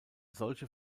solche